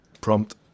prompt